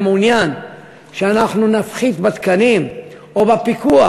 מעוניין שאנחנו נפחית בתקנים או בפיקוח.